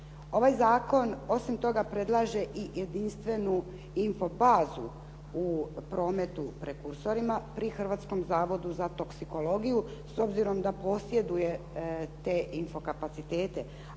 Ovaj zakon osim toga predlaže i jedinstvenu info fazu u prometu prekursorima pri Hrvatskom zavodu za toksikologiju, s obzirom da posjeduje te info kapacitete,